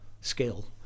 skill